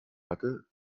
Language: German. hatte